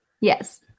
Yes